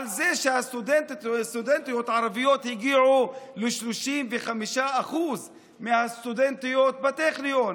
על זה שהסטודנטיות הערביות הגיעו ל-35% מהסטודנטיות בטכניון,